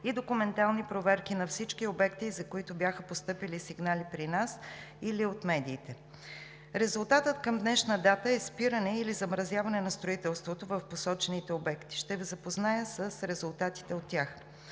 и документални проверки на всички обекти, за които бяха постъпили сигнали при нас – или от медиите. Резултатът към днешна дата е спиране или замразяване на строителството в посочените обекти. Ще Ви запозная с резултатите от тях.